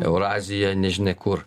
euraziją nežinia kur